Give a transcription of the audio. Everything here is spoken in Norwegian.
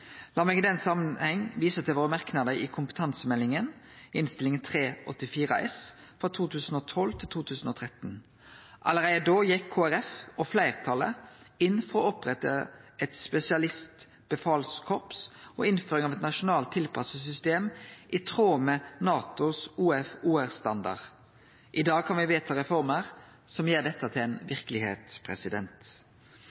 meg i denne samanhengen vise til merknadene våre til kompetansemeldinga i Innst. 384 S for 2012–2013. Allereie da gjekk Kristeleg Folkeparti – og fleirtalet – inn for å opprette eit spesialistbefalskorps og innføre eit nasjonalt tilpassa system i tråd med NATOs OF-/OR-standard. I dag kan me vedta reformer som gjer dette til